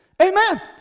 Amen